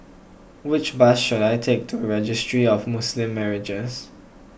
which bus should I take to Registry of Muslim Marriages